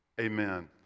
amen